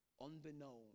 unbeknown